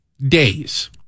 Days